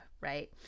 right